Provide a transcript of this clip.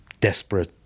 desperate